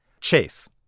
Chase